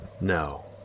No